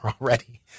already